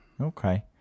Okay